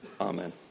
Amen